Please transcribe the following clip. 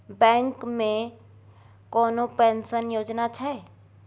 Bank मे कोनो pension योजना छै?